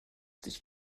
dich